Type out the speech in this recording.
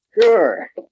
Sure